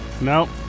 No